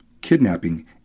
kidnapping